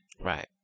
Right